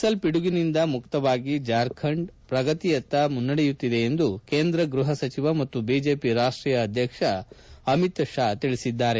ನಕ್ಷಲ್ ಪಿಡುಗಿನಿಂದ ಮುಕ್ತವಾಗಿ ಜಾರ್ಖಂಡ್ ಪ್ರಗತಿಯತ್ತ ಮುನ್ನಡೆಯುತ್ತಿದೆ ಎಂದು ಕೇಂದ್ರ ಗ್ರಪ ಸಚಿವ ಮತ್ತು ಬಿಜೆಪಿ ರಾಷ್ಷೀಯ ಅಧಕ್ಷ ಅಮಿತ್ ಶಾ ಹೇಳಿದ್ಲಾರೆ